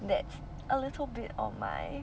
that's a little bit on my